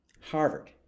Harvard